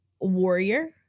warrior